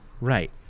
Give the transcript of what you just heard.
Right